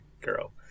girl